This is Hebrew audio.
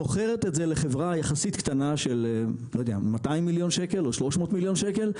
מוכרת את זה לחברה קטנה יחסית של 300-200 מיליון שקל,